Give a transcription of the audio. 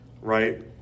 right